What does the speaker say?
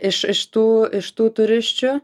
iš iš tų iš tų turisčių